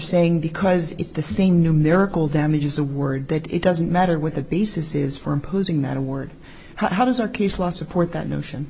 saying because it's the same numerical damage is a word that it doesn't matter with the basis is for imposing that a word how does our case law support that notion